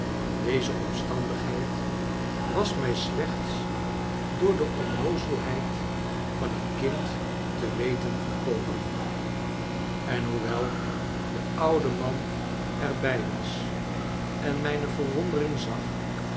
deze omstandigheid was mij slechts door de onnoozelheid van het kind te weten gekomen en hoewel de oude man er bij was en mijne verwondering zag